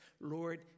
Lord